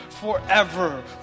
forever